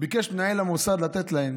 ביקש מנהל המוסד שהן